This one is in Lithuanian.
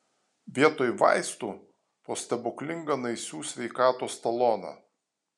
vietoj vaistų po stebuklingą naisių sveikatos taloną